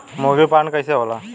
मुर्गी पालन कैसे होला?